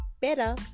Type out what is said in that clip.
better